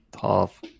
tough